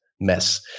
mess